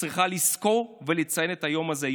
צריכה לזכור ולציין את היום הזה,